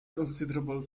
considerable